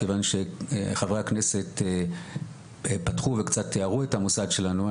כיוון שחברי הכנסת פתחו וקצת תארו את המוסד שלנו,